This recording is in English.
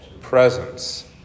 presence